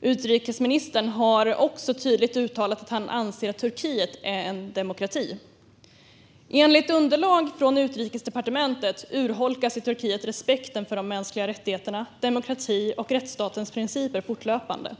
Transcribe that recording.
Utrikesministern har också tydligt uttalat att han anser att Turkiet är en demokrati. Enligt underlag från Utrikesdepartementet urholkas i Turkiet respekten för de mänskliga rättigheterna, demokrati och rättsstatens principer fortlöpande.